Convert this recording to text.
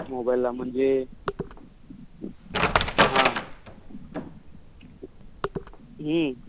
मोबाईलला म्हणजे हां